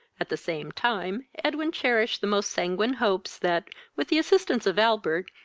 at the same time edwin cherished the most sanguine hopes that, with the assistance of albert,